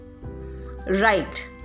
Right